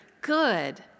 good